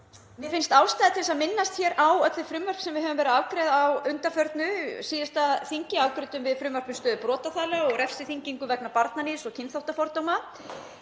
Mér finnst ástæða til að minnast á öll þau frumvörp sem við höfum verið að afgreiða að undanförnu. Á síðasta þingi afgreiddum við frumvarp um stöðu brotaþola og refsiþyngingu vegna barnaníðs og kynþáttafordóma.